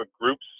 groups